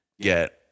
get